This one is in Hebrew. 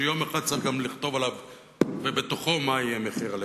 שיום אחד צריך גם לכתוב עליו ובתוכו מה יהיה מחיר הלחם.